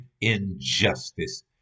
injustice